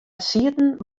sieten